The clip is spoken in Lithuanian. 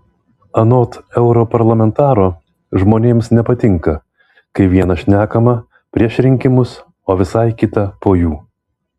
anot europarlamentaro žmonėms nepatinka kai viena šnekama prieš rinkimus o visai kita po jų